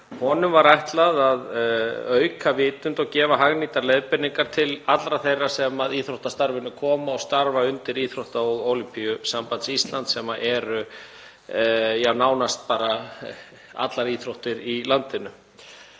Honum var ætlað að auka vitund og gefa hagnýtar leiðbeiningar til allra þeirra sem koma að íþróttastarfi og starfa undir Íþrótta- og Ólympíusambandi Íslands, sem eru nánast allar íþróttir í landinu.